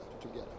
together